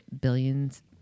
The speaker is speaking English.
billions